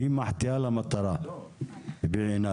היא מחטיאה למטרה בעיניי.